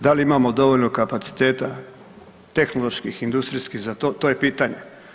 Da li imamo dovoljno kapaciteta tehnoloških, industrijskih za to, to je pitanje.